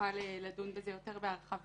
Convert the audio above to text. נוכל לדון בזה יותר בהרחבה,